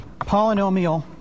polynomial